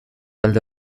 alde